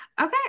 okay